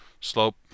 Slope